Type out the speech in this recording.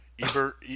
Ebert